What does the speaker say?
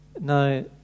no